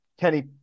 Kenny